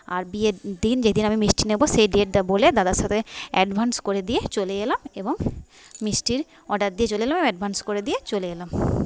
আর বিয়ের দিন যেদিন আমি মিষ্টি নেব সেই ডেটটা বলে দাদার সাথে অ্যাডভান্স করে দিয়ে চলে এলাম এবং মিষ্টির অর্ডার দিয়ে চলে এলাম অ্যাডভান্স করে দিয়ে চলে এলাম